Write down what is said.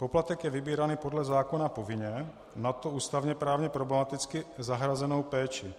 Poplatek je vybírán podle zákona povinně, nadto ústavněprávně problematicky, za hrazenou péči.